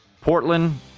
Portland –